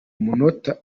munota